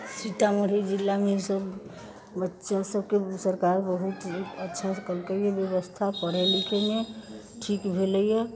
सीतामढ़ी जिलामे बच्चा सबके सरकार बहुत अच्छासँ कयलकैए व्यवस्था पढ़ै लिखैमे ठीक भेलैया